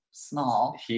small